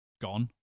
gone